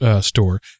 store